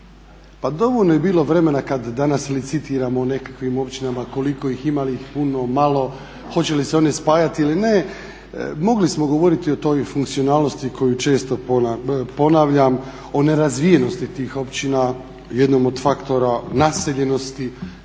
pa dovoljno je bilo vremena kad danas licitiramo o nekakvim općinama koliko ih ima, ima li ih puno, malo, hoće li se one spajati ili ne, mogli smo govoriti o toj funkcionalnosti koju često ponavljam, o nerazvijenosti tih općina, naseljenosti,